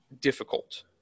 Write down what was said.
difficult